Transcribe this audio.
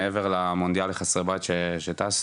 מעבר למונדיאל לחסרי בית שטסנו.